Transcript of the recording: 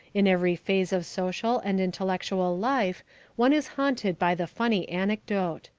in every phase of social and intellectual life one is haunted by the funny anecdote.